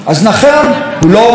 הוא לא מדבר על הסכם,